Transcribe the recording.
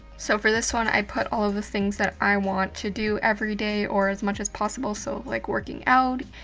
so for this one i put all of the things that i want to do every day, or as much as possible. so like working out,